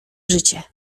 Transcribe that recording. życie